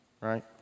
right